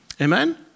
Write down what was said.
Amen